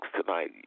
tonight